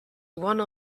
one